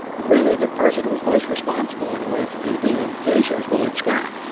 really, the person who was most responsible, in a way, for me to be on the today show is willard scott,